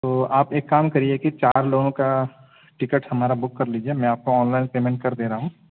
تو آپ ایک کام کریے کہ چار لوگوں کا ٹکٹ ہمارا بک کر لیجیے میں آپ کو آن لائن پیمنٹ کر دے رہا ہوں